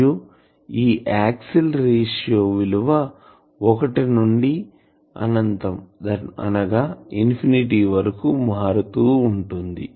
మరియు ఈ axle ratio విలువ ఒకటి నుండి అనంతం వరకు మారుతూ ఉంటుంది